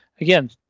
Again